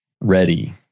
ready